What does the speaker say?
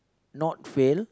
not fail